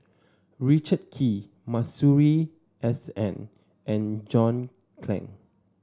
Richard Kee Masuri S N and John Clang